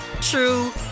true